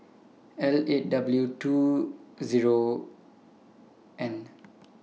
L eight W two Zero N